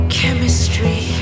chemistry